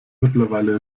mittlerweile